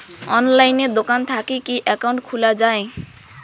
অনলাইনে দোকান থাকি কি একাউন্ট খুলা যায়?